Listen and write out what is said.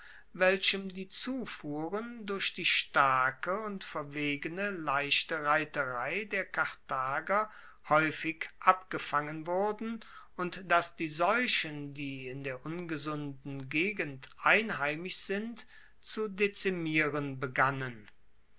welchem die zufuhren durch die starke und verwegene leichte reiterei der karthager haeufig abgefangen wurden und das die seuchen die in der ungesunden gegend einheimisch sind zu dezimieren begannen